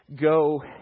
go